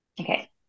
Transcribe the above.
okay